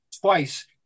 twice